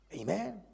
Amen